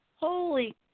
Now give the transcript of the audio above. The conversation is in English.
Holy